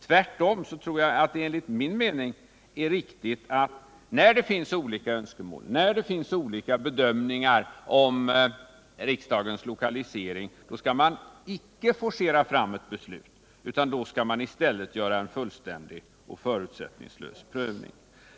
Tvärtom är det enligt min mening riktigt att när det finns olika önskemål och olika bedömningar när det gäller frågan om riksdagens lokalisering, då skall man icke forcera fram ett beslut utan då skall man i stället göra en fullständig och förutsättningslös prövning.